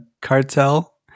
cartel